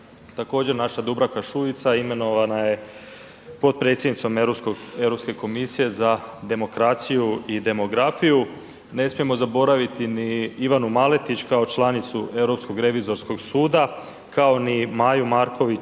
Također naša Dubravka Šuica imenovana je potpredsjednicom Europske komisije za demokraciju i demografiju, ne smijemo zaboraviti ni Ivanu Maletić kao članicu Europskog revizorskog suda, kao ni Maju Markovčić